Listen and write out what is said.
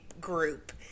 group